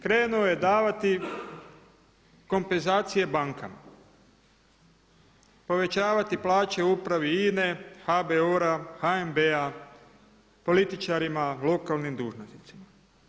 Krenuo je davati kompenzacije bankama, povećavati plaće upravi INA-e, HBOR-a, HNB-a, političarima, lokalnim dužnosnicima.